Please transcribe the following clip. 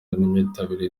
n’imyambarire